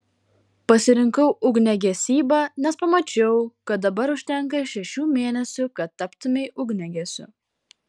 pasirinkau ugniagesybą nes pamačiau kad dabar užtenka šešių mėnesių kad taptumei ugniagesiu